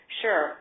sure